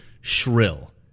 shrill